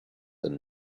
and